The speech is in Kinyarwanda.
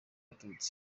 abatutsi